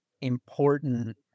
important